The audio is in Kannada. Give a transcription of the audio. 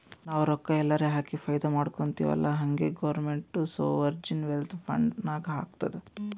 ನಾವು ರೊಕ್ಕಾ ಎಲ್ಲಾರೆ ಹಾಕಿ ಫೈದಾ ಮಾಡ್ಕೊತಿವ್ ಅಲ್ಲಾ ಹಂಗೆ ಗೌರ್ಮೆಂಟ್ನು ಸೋವರ್ಜಿನ್ ವೆಲ್ತ್ ಫಂಡ್ ನಾಗ್ ಹಾಕ್ತುದ್